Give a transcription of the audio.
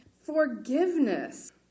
forgiveness